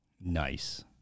Nice